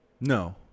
No